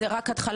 זו רק התחלה,